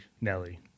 nelly